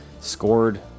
scored